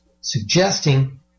suggesting